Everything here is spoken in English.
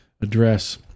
address